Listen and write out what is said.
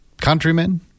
countrymen